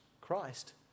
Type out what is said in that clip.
Christ